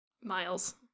miles